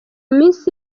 minsi